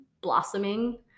blossoming